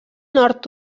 nord